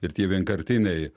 ir tie vienkartiniai